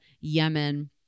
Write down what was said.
yemen